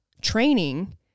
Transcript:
training